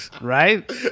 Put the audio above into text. Right